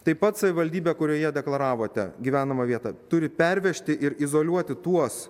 taip pat savivaldybė kurioje deklaravote gyvenamą vietą turi pervežti ir izoliuoti tuos